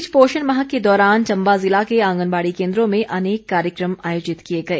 इस बीच पोषण माह के दौरान चंबा ज़िला के आंगनबाड़ी केन्द्रों में अनेक कार्यक्रम आयोजित किए गए